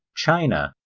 china,